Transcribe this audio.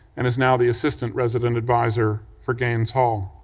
and is now the assistant resident advisor for gaines hall.